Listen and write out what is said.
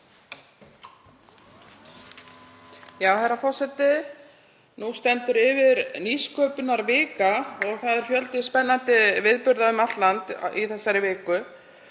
Herra forseti. Nú stendur yfir nýsköpunarvika. Það er fjöldi spennandi viðburða um allt land í þessari viku.